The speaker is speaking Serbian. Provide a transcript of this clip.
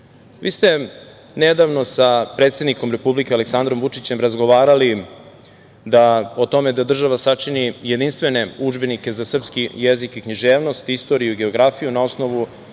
vi ste nedavno sa predsednikom Republike Aleksandrom Vučićem razgovarali o tome da država sačini jedinstvene udžbenike za srpski jezik i književnost, istoriju i geografiju za osnovnu